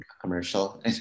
commercial